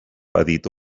edita